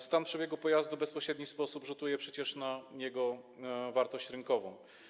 Stan przebiegu pojazdu w bezpośredni sposób rzutuje na jego wartość rynkową.